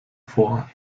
vor